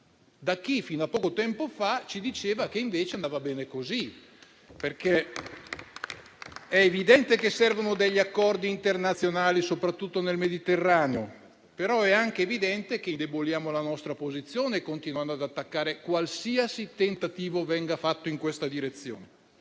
da chi, fino a poco tempo fa, ci diceva che invece andava bene così. È evidente che servono degli accordi internazionali, soprattutto nel Mediterraneo, però è anche evidente che indeboliamo la nostra posizione continuando ad attaccare qualsiasi tentativo venga fatto in questa direzione.